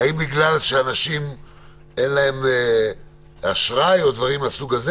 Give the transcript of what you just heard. האם בגלל שאין לאנשים אשראי או דברים מהסוג הזה?